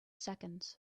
seconds